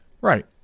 Right